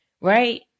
right